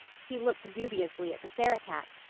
he looked dubiously at the sarah-cat.